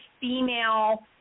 female